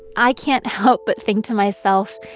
i can't help but think to myself,